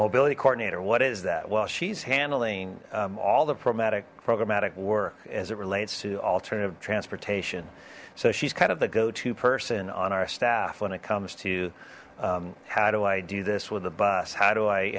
mobility coordinator what is that well she's handling all the pro matic programmatic work as it relates to alternative transportation so she's kind of the go to person on our staff when it comes to how do i do this with the bus how do i